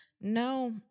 No